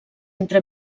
entre